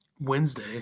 Wednesday